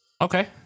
Okay